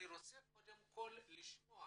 אני רוצה קודם כל לשמוע